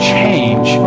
change